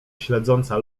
śledząca